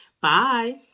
Bye